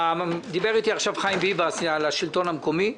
דיבר איתי עכשיו חיים ביבס על השלטון המקומי.